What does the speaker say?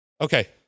Okay